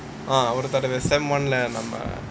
ah ஒரு தடவ:oru thadava semester one நம்ம:namma